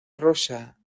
rosa